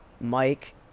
Mike